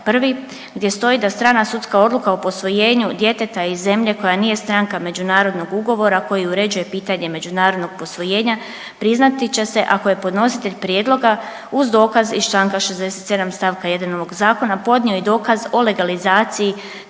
1. gdje stoji da strana sudska odluka o posvojenju djeteta iz zemlje koja nije stranka međunarodnog ugovora koji uređuje pitanje međunarodnog posvojenja priznati će se ako je podnositelj prijedloga uz dokaz iz čl. 67. st. 1. ovog zakona podnio i dokaz o legalizaciji